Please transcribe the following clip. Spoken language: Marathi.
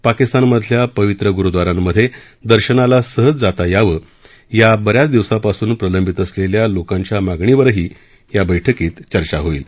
पाकिस्तानमधल्या पवित्र गुरुद्वा यांमधे दर्शनाला सहज जाता यावा या ब यांच दिवसापासून प्रलंबित असलेल्या लोकांच्या मागणीवर ही या बैठकीत चर्चा होईल